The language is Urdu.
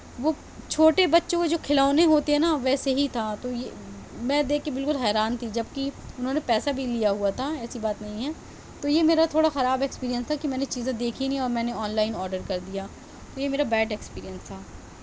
وہ چھوٹے بچوں کے جو کھلونے ہوتے ہیں نا ویسے ہی تھا تو یہ میں دیکھ کے بالکل حیران تھی جبکہ اُنہوں نے پیسا بھی لیا ہُوا تھا ایسی بات نہیں ہے تو یہ میرا تھوڑا خراب ایکسپیرینس تھا کہ میں نے چیزیں دیکھی نہیں اور میں نے آن لائن آڈر کر دیا تو یہ میرا بیڈ ایکسپیرینس تھا